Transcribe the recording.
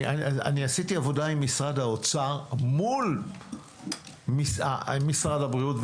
אני עשיתי עבודה עם משרד האוצר מול משרד הבריאות,